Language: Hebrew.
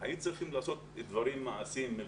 היו צריכים לעשות דברים מעשיים.